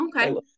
Okay